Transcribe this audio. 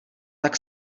tak